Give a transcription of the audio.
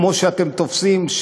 כמו שאתם תופסים,